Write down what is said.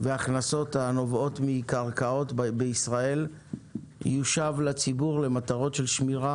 והכנסות הנובעות מקרקעות בישראל יש לציבור למטרות של שמירה